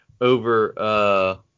over